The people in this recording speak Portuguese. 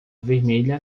vermelha